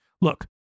Look